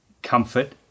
comfort